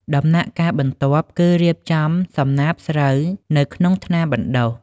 ដំណាក់កាលបន្ទាប់គឺការរៀបចំសំណាបស្រូវនៅក្នុងថ្នាលបណ្តុះ។